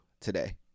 today